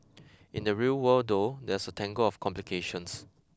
in the real world though there's a tangle of complications